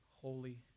holy